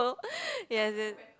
yes yes